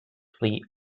fleet